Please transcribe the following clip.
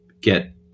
get